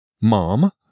mom